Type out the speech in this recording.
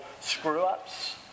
screw-ups